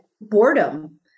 boredom